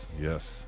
yes